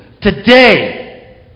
today